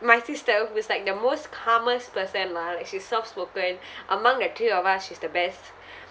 my sister who was like the most calmest person lah like she's soft spoken among the three of us she's the best